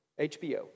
HBO